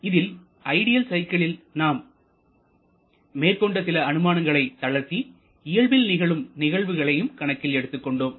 இதில் ஐடியல் சைக்கிள்களில் நாம் மேற்கொண்ட சில அனுமானங்களை தளர்த்தி இயல்பில் நிகழும் நிகழ்வுகளையும் கணக்கில் எடுத்துக் கொண்டோம்